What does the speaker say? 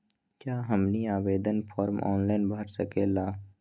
क्या हमनी आवेदन फॉर्म ऑनलाइन भर सकेला?